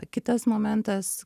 kitas momentas